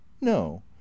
no